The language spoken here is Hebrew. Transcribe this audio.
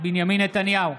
בנימין נתניהו,